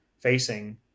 facing